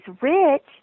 rich